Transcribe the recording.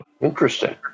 Interesting